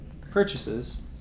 purchases